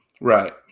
Right